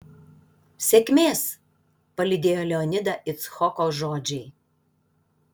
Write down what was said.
sėkmės palydėjo leonidą icchoko žodžiai